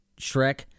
Shrek